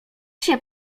się